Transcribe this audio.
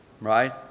right